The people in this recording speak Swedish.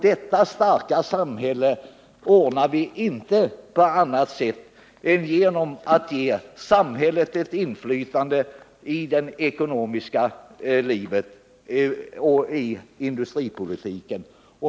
Detta mål kan vi enbart nå genom att ge samhället inflytande över det ekonomiska livet.